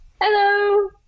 Hello